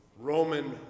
Roman